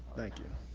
thank you.